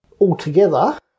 Altogether